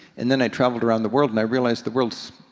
and then i traveled around the world and i realized the world's,